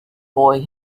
boy